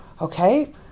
okay